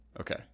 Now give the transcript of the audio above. Okay